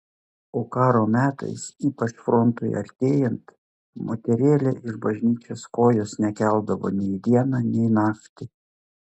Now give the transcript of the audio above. o karo metais ypač frontui artėjant moterėlė iš bažnyčios kojos nekeldavo nei dieną nei naktį